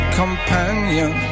companion